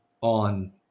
on